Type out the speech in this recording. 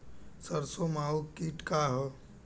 सरसो माहु किट का ह?